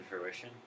fruition